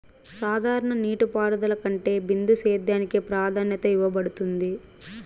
సాధారణ నీటిపారుదల కంటే బిందు సేద్యానికి ప్రాధాన్యత ఇవ్వబడుతుంది